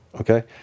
Okay